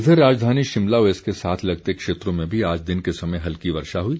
इधर राजधानी शिमला व इसके साथ लगते क्षेत्रों में भी आज दिन के समय हल्की वर्षा हुई